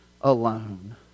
alone